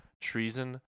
treason